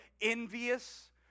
envious